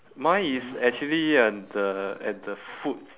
mine is actually at the at the foot